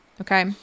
Okay